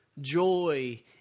joy